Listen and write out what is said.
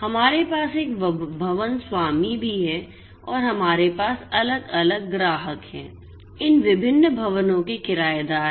हमारे पास एक भवन स्वामी भी है और हमारे पास अलग अलग ग्राहक हैं इन विभिन्न भवनों के किरायेदार हैं